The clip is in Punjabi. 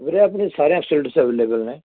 ਵੀਰੇ ਆਪਣੀਆਂ ਸਾਰੀਆਂ ਫੈਸਿਲਟੀਜ਼ ਅਵੇਲੇਬਲ ਨੇ